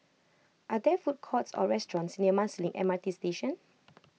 are there food courts or restaurants near Marsiling M R T Station